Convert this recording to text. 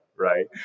right